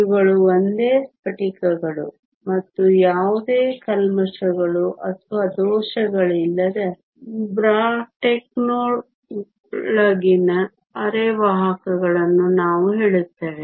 ಇವುಗಳು ಒಂದೇ ಸ್ಫಟಿಕಗಳು ಮತ್ತು ಯಾವುದೇ ಕಲ್ಮಶಗಳು ಅಥವಾ ದೋಷಗಳಿಲ್ಲದ ಬ್ರಾಕೆಟ್ನೊಳಗಿನ ಅರೆವಾಹಕಗಳನ್ನು ನಾನು ಹೇಳುತ್ತೇನೆ